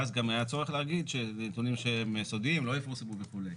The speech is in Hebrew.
ואז גם היה צורך להגיד שנתונים שהם סודיים לא יפורסמו וכו'.